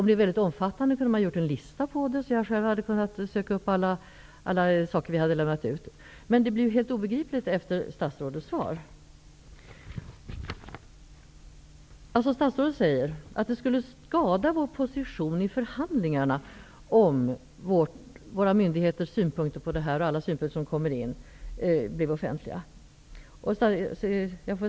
Om de är väldigt många kunde man ha gjort en lista så att jag själv hade kunnat söka fram allt. Detta blev helt obegripligt efter statsrådets svar. Statsrådet säger att det skulle skada vår position i förhandlingarna om våra myndigheters och andras synpunkter blev offentliga.